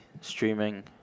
streaming